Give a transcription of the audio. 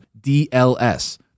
DLS